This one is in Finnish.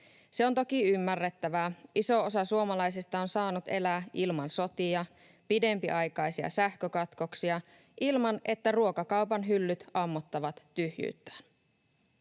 Se on toki ymmärrettävää. Iso osa suomalaisista on saanut elää ilman sotia, pidempiaikaisia sähkökatkoksia ja ilman, että ruokakaupan hyllyt ammottavat tyhjyyttään.